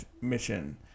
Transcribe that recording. mission